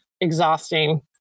exhausting